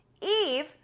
Eve